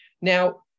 Now